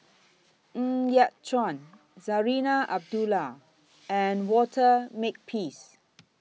Ng Yat Chuan Zarinah Abdullah and Walter Makepeace